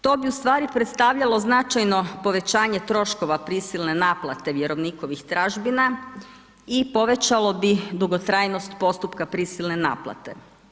To bi ustvari predstavljalo značajno povećanje troškova prisilne naplate vjerovnikovih tražbina i povećalo bi dugotrajnost postupka prisilne naplate.